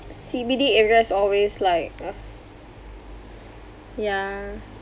C_B_D area is always like uh ya